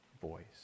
voice